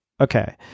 Okay